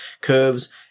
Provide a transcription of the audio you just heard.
curves